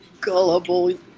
gullible